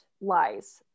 lies